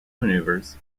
maneuvers